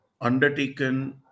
undertaken